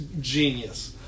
genius